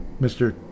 Mr